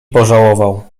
pożałował